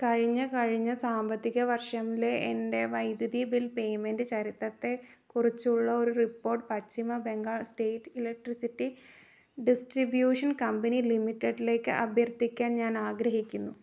കഴിഞ്ഞ കഴിഞ്ഞ സാമ്പത്തിക വർഷംലെ എൻ്റെ വൈദ്യുതി ബിൽ പേയ്മെൻ്റ് ചരിത്രത്തെക്കുറിച്ചുള്ള ഒരു റിപ്പോർട്ട് പശ്ചിമ Bengal state electricity distribution company ലിമിറ്റഡിലേക്ക് അഭ്യർത്ഥിക്കാൻ ഞാൻ ആഗ്രഹിക്കുന്നു